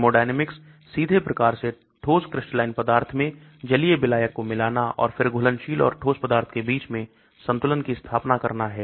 Thermodynamics सीधे प्रकार से ठोस क्रिस्टलाइन पदार्थ में जलीय विलायक को मिलाना और फिर घुलनशील और ठोस पदार्थ के बीच में संतुलन की स्थापना करना है